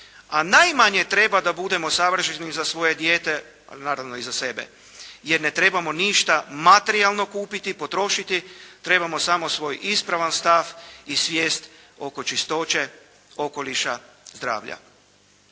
a najmanje treba da budemo savršeni za svoje dijete, ali naravno i za sebe. Jer ne trebamo ništa materijalno kupiti, potrošiti, trebamo samo svoj ispravan stav i svijest oko čistoće okoliša, zdravlja.